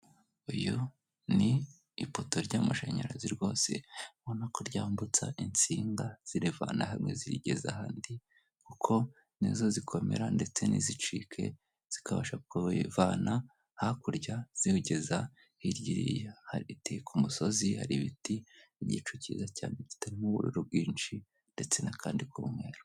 Uyu ni ipoto ry'amashanyarazi rwose ubona ko ryambutsa insinga zirivana hamwe zirigeze ahandi kuko nizo zikomera ndetse n'izicike zikabasha kuvana hakurya ziwugeza hiryiriya hari igiti ku musozi hari ibiti igicu cyiza cyane kitarimo ubururu bwinshi ndetse n'akandi kamwe.